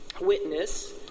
witness